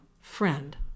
friend